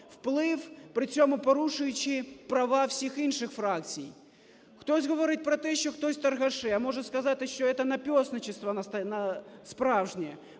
вплив, при цьому порушуючи права всіх інших фракцій. Хтось говорить про те, що хтось торгаші. А я можу сказати, что это наперстничество справжнє